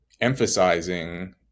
emphasizing